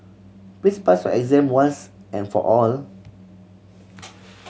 please pass your exam once and for all